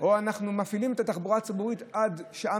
או אנחנו מפעילים את התחבורה הציבורית עד שעה